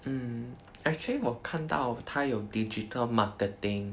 mm actually 我看到他有 digital marketing